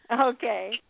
Okay